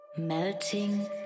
melting